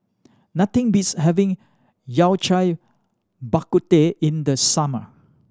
nothing beats having Yao Cai Bak Kut Teh in the summer